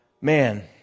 man